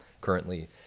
currently